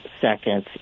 seconds